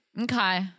Okay